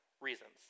reasons